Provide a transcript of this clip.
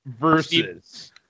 versus